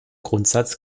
grundsatz